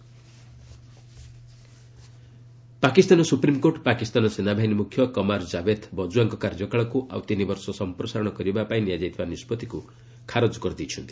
Pak SC Bajwa Pakistan supreme court Pakistan ସେନାବାହିନୀ ମୁଖ୍ୟ କମାର ଜାଭେଦ ବଜଓ୍ୱାଙ୍କ କାର୍ଯ୍ୟକାଳକୁ ଆଉ ତିନି ବର୍ଷ ସମ୍ପ୍ରସାରଣ କରିବା ପାଇଁ ନିଆଯାଇଥିବା ନିଷ୍ପଭିକୁ ଖାରଜ କରିଦେଇଛନ୍ତି